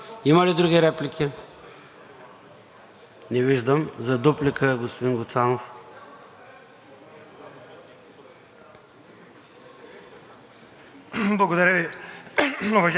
България): Уважаеми господин Председател, уважаеми колеги! Професор Гечев, абсолютно прав сте за лендлизинга